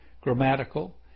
grammatical